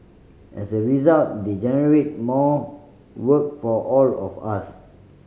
as a result they generate more work for all of us